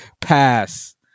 pass